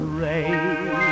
rain